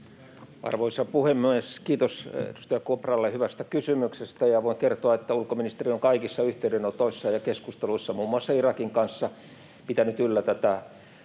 Arvoisa puhemies! Kiitos edustaja Kopralle hyvästä kysymyksestä. Voin kertoa, että ulkoministeri on kaikissa yhteydenotoissa ja keskusteluissa muun muassa Irakin kanssa pitänyt yllä tätä